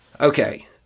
Okay